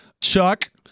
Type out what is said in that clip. Chuck